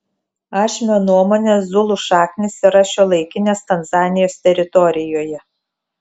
ašmio nuomone zulų šaknys yra šiuolaikinės tanzanijos teritorijoje